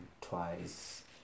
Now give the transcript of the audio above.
twice